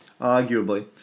Arguably